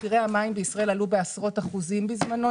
מחירי המים בישראל עלו בעשרות אחוזים בזמנו.